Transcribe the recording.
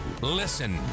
Listen